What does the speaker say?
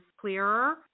clearer